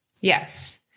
Yes